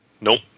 Nope